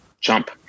jump